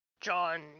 John